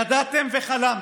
ידעתם וחלמתם.